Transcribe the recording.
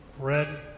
Fred